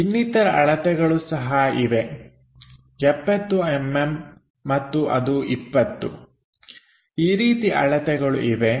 ಇನ್ನಿತರ ಅಳತೆಗಳು ಸಹ ಇವೆ 70mm ಮತ್ತು ಅದು 20 ಈ ರೀತಿ ಅಳತೆಗಳು ಇವೆ